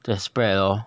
that spread lor